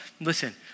listen